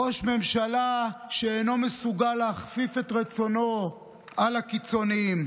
ראש ממשלה שאינו מסוגל לאכוף את רצונו על הקיצוניים.